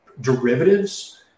Derivatives